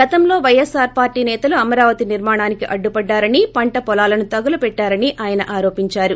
గతంలో పైఎస్సార్ పార్టీ నేతలు అమరావతి నిర్మాణానికి అడ్డుపడ్డారని పంటపొలాలను తగులబెట్టారని ఆయన ఆరోపించారు